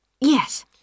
Yes